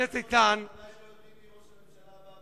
אנחנו אולי לא יודעים מי ראש הממשלה הבא,